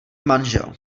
manžel